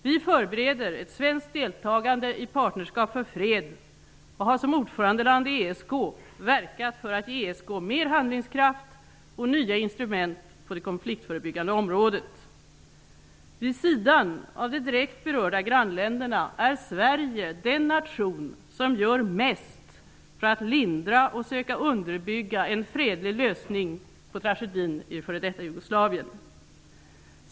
Vi förbereder ett svenskt deltagande i Partnerskap för fred och har som ordförandeland i ESK verkat för att ge ESK mer handlingskraft och nya instrument på det konfliktförebyggande området. Vid sidan av de direkt berörda grannländerna är Sverige den nation som gör mest för att lindra och söka underbygga en fredlig lösning av tragedin i f.d. Jugoslavien.